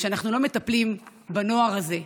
כשאנחנו לא מטפלים בנוער הזה,